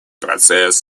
процесс